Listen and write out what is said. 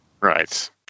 right